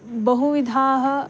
बहुविधाः